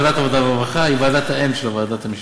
ועדת העבודה והרווחה היא ועדת האם של ועדת המשנה.